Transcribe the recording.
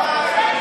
אוסאמה,